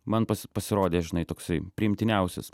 man pas pasirodė žinai toksai priimtiniausias